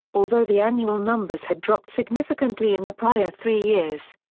although the annual numbers had dropped significantly in the prior three years.